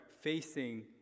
facing